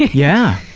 yeah!